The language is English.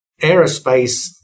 Aerospace